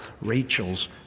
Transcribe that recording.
Rachel's